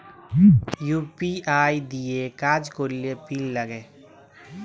UPI দিঁয়ে কাজ ক্যরলে পিল লাগে